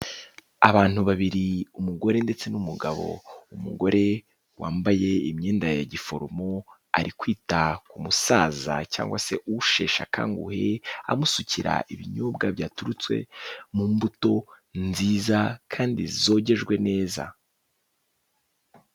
Abantu babiri umugore ndetse n'umugabo, umugore wambaye imyenda ya giforomo ari kwita ku musaza cyangwa se usheshe akanguhe, amusukira ibinyobwa byaturutse mu mbuto nziza kandi zogejwe neza.